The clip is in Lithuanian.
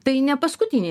tai ne paskutinė